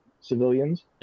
civilians